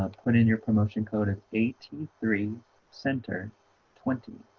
ah put in your promotion code of a t three center twenty,